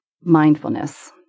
mindfulness